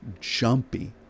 jumpy